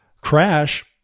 crash